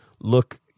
look